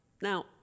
Now